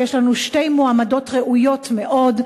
ויש לנו שתי מועמדות ראויות מאוד,